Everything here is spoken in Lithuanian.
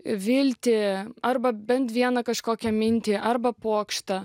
viltį arba bent vieną kažkokią mintį arba pokštą